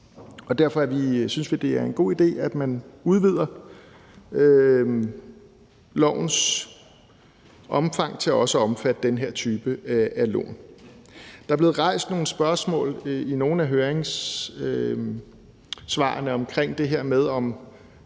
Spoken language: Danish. Derfor synes vi, det er en god idé, at man udvider lovens omfang til også at omfatte den her type af lån. Der er blevet rejst nogle spørgsmål i nogle af høringssvarene omkring det her med, om